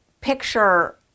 picture